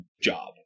job